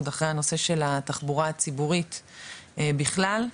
אחרי הנושא של התחבורה הציבורית בכלל,